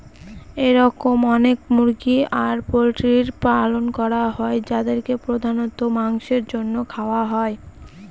এরকম অনেক মুরগি আর পোল্ট্রির পালন করা হয় যাদেরকে প্রধানত মাংসের জন্য খাওয়া হয়